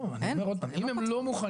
לא, אבל אני אומר עוד הפעם, אם הם לא מוכנים.